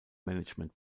management